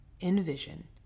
envision